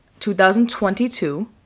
2022